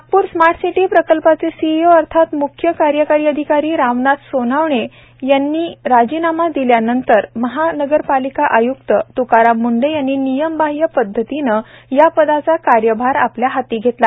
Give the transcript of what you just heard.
Nagpur smart city प्रकल्पाचे CEO अर्थात मुख्य कार्यकारी अधिकारी रामनाथ सोनवणे यांनी राजीनामा दिल्यानंतर महानगरपालिका आय्क्त त्काराम मुंढे यांनी नियमबाह्य पद्धतीने या पदाचा कार्यभार आपल्या हाती घेतला